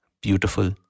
beautiful